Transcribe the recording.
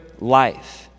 life